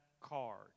card